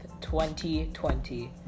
2020